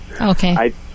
Okay